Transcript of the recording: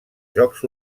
jocs